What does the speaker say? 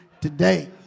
today